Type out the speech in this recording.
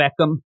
Beckham